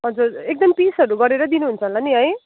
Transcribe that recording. हजुर एकदम पिसहरू गरेर दिनुहुन्छ होला नि है